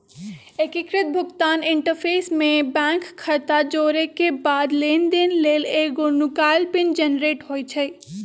एकीकृत भुगतान इंटरफ़ेस में बैंक खता जोरेके बाद लेनदेन लेल एगो नुकाएल पिन जनरेट होइ छइ